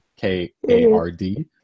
K-A-R-D